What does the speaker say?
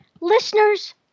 Listeners